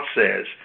says